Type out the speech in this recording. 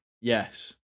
Yes